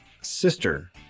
sister